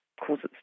causes